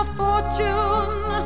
fortune